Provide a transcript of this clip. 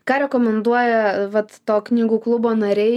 ką rekomenduoja vat to knygų klubo nariai